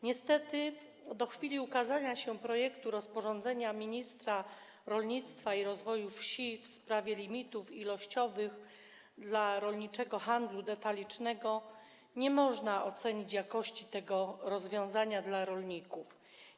Niestety do chwili ukazania się projektu rozporządzenia ministra rolnictwa i rozwoju wsi w sprawie limitów ilościowych dla rolniczego handlu detalicznego nie można ocenić jakości tego rozwiązania dla rolników.